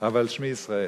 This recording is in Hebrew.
אבל שמי ישראל.